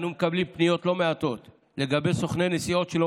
אנו מקבלים פניות לא מעטות לגבי סוכני נסיעות שלא